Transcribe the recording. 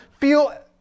feel